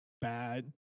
bad